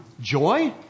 Joy